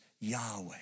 Yahweh